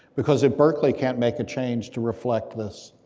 because if berkeley can't make a change to reflect this?